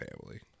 Family